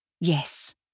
yes